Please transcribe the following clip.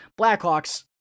Blackhawks